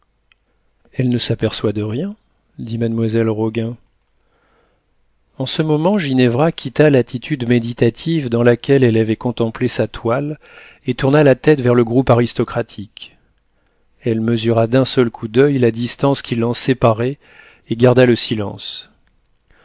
elle ne s'aperçoit de rien dit mademoiselle roguin en ce moment ginevra quitta l'attitude méditative dans laquelle elle avait contemplé sa toile et tourna la tête vers le groupe aristocratique elle mesura d'un seul coup d'oeil la distance qui l'en séparait et garda le silence